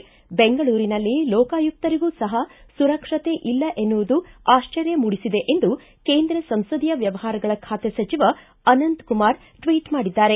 ಬೆಂಗಳೂರಿನಲ್ಲಿ ಲೋಕಾಯುಕ್ತರಿಗೂ ಸಹ ಸುರಕ್ಷತೆ ಇಲ್ಲ ಎನ್ನುವುದು ಆಶ್ಚರ್ಯ ಮೂಡಿಸಿದೆ ಎಂದು ಕೇಂದ್ರ ಸಂಸದೀಯ ವ್ಯವಹಾರಗಳ ಬಾತೆ ಸಚಿವ ಅನಂತ್ಕುಮಾರ ಟ್ವೀಟ್ ಮಾಡಿದ್ದಾರೆ